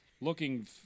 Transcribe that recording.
Looking